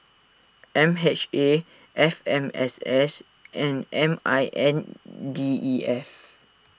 M H A F M S S and M I N D E F